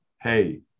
Hey